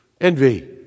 Envy